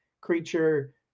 creature